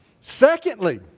Secondly